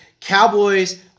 Cowboys